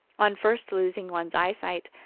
on first losing one's eyesight,